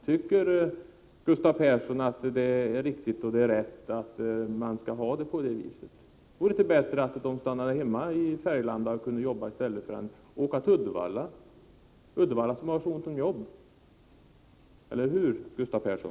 Tycker Gustav Persson att det är rätt och riktigt att man skall ha det på det viset? Vore det inte bättre att de stannade hemma i Färgelanda och kunde jobba där i stället för att åka till Uddevalla — som har så ont om jobb? Eller hur, Gustav Persson?